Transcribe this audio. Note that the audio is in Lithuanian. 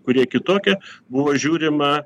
kurie kitokie buvo žiūrima